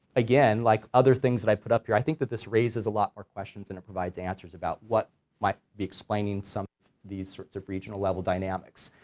again like other things that i put up here, i think that this raises a lot more questions than it provides answers about what might be explaining some of these sorts of regional level dynamics,